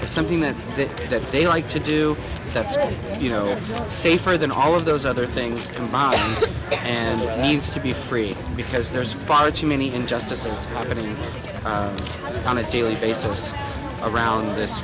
or something that that that they like to do that's you know safer than all of those other things combined and needs to be free because there's far too many injustices going on a daily basis around this